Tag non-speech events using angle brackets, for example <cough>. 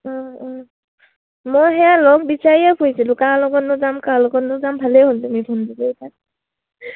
অঁ অঁ মই সেয়া লগ বিচাৰিয়ে ফুৰিছিলোঁ কাৰ লগতনো যাম কাৰ লগতনো যাম ভালেই <unintelligible>